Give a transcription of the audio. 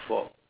for